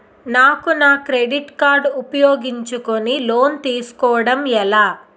నాకు నా credit card ఉపయోగించుకుని లోన్ తిస్కోడం ఎలా?